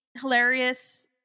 hilarious